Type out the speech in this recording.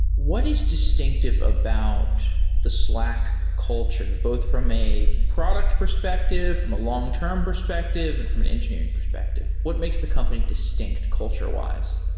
what is distinctive about the slack culture both from a product perspective, from a long-term perspective, and from an engineering perspective? what makes the company distinct culture-wise?